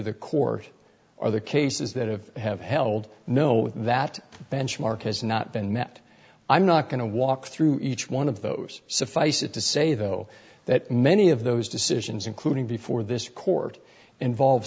he court or the cases that have have held no that benchmark has not been met i'm not going to walk through each one of those suffice it to say though that many of those decisions including before this court involve